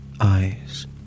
eyes